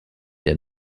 der